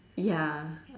ya